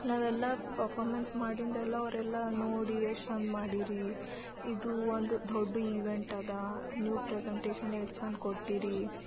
ನಾವೆಲ್ಲ ಪಫಾಮೆನ್ಸ್ ಮಾಡಿದ್ದೆಲ್ಲ ಅವರೆಲ್ಲ ನೋಡಿ ಎಷ್ಟು ಚೆಂದ ಮಾಡಿರಿ ಇದು ಒಂದು ದೊಡ್ಡ ಇವೆಂಟ್ ಅದ ನೀವು ಪ್ರೆಸೆಂಟೇಷನ್ ಎಷ್ಟು ಚೆಂದ ಕೊಟ್ಟಿರಿ